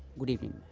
good evening.